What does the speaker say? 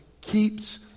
keeps